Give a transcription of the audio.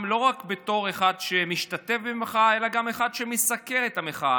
לא רק בתור אחד שמשתתף במחאה אלא גם כאחד שמסקר את המחאה.